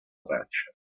traccia